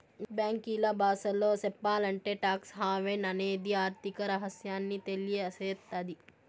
బ్యాంకీల బాసలో సెప్పాలంటే టాక్స్ హావెన్ అనేది ఆర్థిక రహస్యాన్ని తెలియసేత్తది